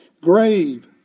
grave